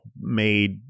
made